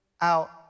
out